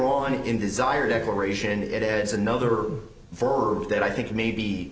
on in desire declaration it adds another verb that i think may be